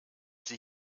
sie